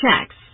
checks